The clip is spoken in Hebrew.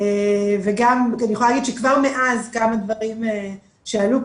ואני יכולה להגיד שכבר מאז כמה דברים שאלו,